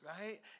right